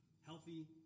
healthy